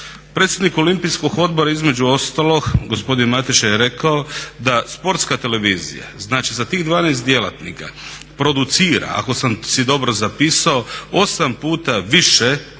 Predsjednik Olimpijskog odbora između ostalog, gospodin Mateša je rekao da sportska televizija, znači sa tih 12 djelatnika producira, ako sam si dobro zapisao 8 puta više ovog